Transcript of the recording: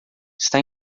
está